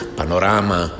panorama